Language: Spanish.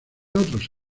otros